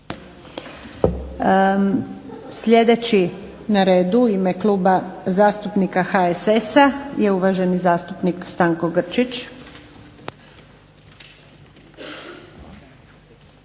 Sljedeći na redu u ime Kluba zastupnika HSS-a je uvaženi zastupnik Stanko Grčić.